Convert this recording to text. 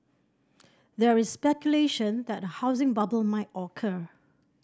there is speculation that a housing bubble might occur